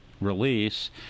Release